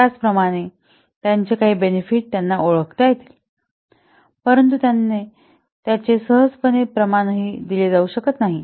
त्याचप्रमाणे त्यांचे काही बेनेफिट त्यांना ओळखता येतील परंतु त्यांचे सहजपणे प्रमाणही दिले जाऊ शकत नाही